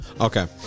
Okay